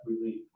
relief